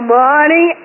money